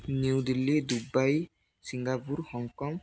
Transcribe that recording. New Delhi Dubai Singapore Hong Kong